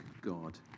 God